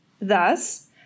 Thus